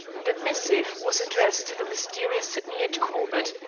the missive was addressed to the mysterious sydney h. corbett,